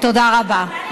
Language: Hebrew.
תודה רבה.